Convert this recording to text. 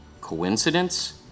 Coincidence